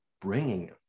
bringing